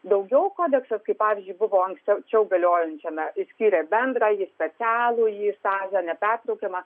daugiau kodeksas kaip pavyzdžiui buvo anksčiau galiojančiame išskyrė bendrąjį specialųjį stažą nepertraukiamą